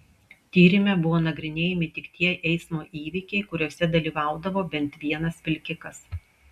tyrime buvo nagrinėjami tik tie eismo įvykiai kuriuose dalyvaudavo bent vienas vilkikas